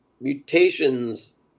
mutations